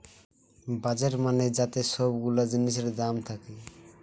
budget মানে যাতে সব গুলা জিনিসের দাম থাকে